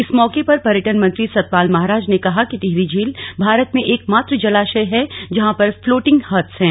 इस मौके पर पर्यटन मंत्री सतपाल महाराज ने कहा कि टिहरी झील भारत में एक मात्र जलाशय है जहां पर फ्लोटिंग हट्स हैं